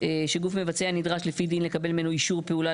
שגוף מבצע נדרש לפי דין לקבל ממנו אישור פעולה,